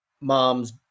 mom's